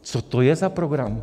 Co to je za program?